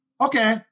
okay